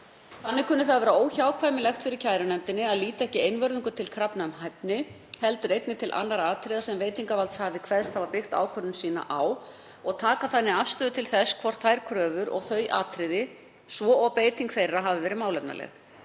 Þannig kunni það að vera óhjákvæmilegt fyrir kærunefndinni að líta ekki einvörðungu til krafna um hæfni heldur einnig til annarra atriða sem veitingarvaldshafi kveðst hafa byggt ákvörðun sína á, og taka þannig afstöðu til þess hvort þær kröfur og þau atriði svo og beiting þeirra hafi verið málefnaleg.